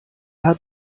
hat